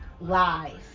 Lies